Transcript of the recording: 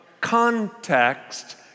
context